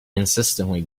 insistently